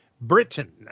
Britain